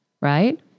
right